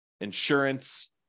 insurance